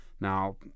Now